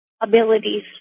abilities